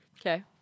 okay